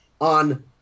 on